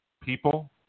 people